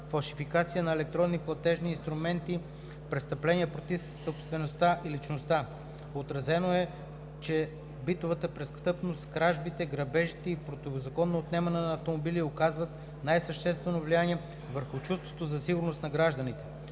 фалшификацията на електронни платежни инструменти, престъпленията против собствеността и личността. Отразено е, че битовата престъпност, кражбите, грабежите и противозаконното отнемане на автомобили оказват най-съществено влияние върху чувството за сигурност на гражданите.